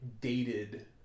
dated